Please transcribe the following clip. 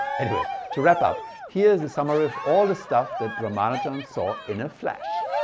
anyway to wrap up, here is a summary of all the stuff that ramanujan saw in a flash.